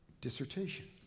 dissertation